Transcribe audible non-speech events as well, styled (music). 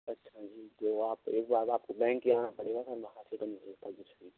अच्छा जी जो आप एक बार आपको बैंक ही आना पड़ेगा सर वहाँ से (unintelligible)